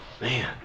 Man